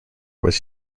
was